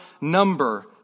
number